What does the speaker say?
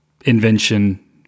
invention